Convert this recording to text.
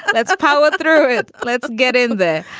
that's a power through it. let's get in there